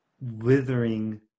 withering